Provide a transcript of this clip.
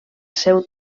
seu